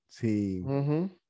team